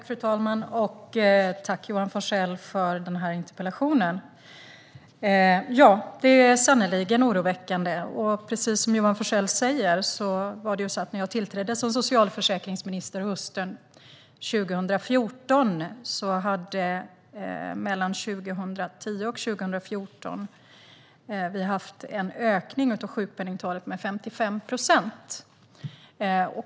Fru talman! Jag tackar Johan Forssell för interpellationen. Ja, det är sannerligen oroväckande. När jag tillträdde som socialförsäkringsminister hösten 2014 hade sjukpenningtalet ökat med 55 procent sedan 2010.